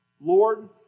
Lord